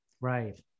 right